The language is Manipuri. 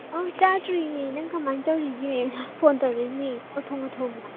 ꯑꯧ ꯆꯥꯗ꯭ꯔꯤꯌꯦ ꯅꯪ ꯀꯃꯥꯏꯅ ꯇꯧꯔꯤꯒꯦ ꯐꯣꯟ ꯇꯧꯔꯛꯏꯅꯦ ꯆꯥꯛ ꯊꯣꯡꯅ ꯊꯣꯡꯅ